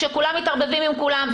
כשכולם מתערבבים עם כולם,